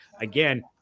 Again